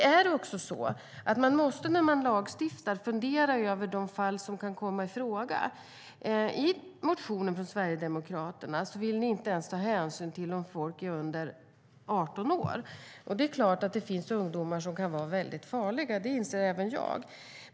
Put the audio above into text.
När man lagstiftar måste man fundera över de fall som kan komma i fråga. I motionen från Sverigedemokraterna vill ni inte ens ta hänsyn till om folk är under 18 år. Det är klart att det kan finnas farliga ungdomar. Det inser även jag.